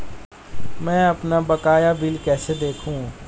मैं अपना बकाया बिल कैसे देखूं?